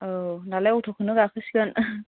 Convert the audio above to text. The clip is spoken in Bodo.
औ होनबालाय अट'खौनो गाखोसिगोन